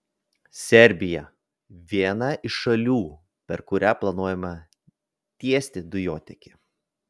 serbija viena iš šalių per kurią planuojama tiesti dujotiekį